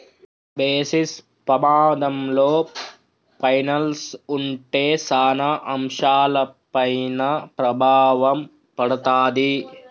basis పమాధంలో పైనల్స్ ఉంటే సాన అంశాలపైన ప్రభావం పడతాది